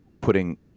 putting